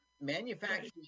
manufacturing